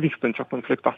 vykstančio konflikto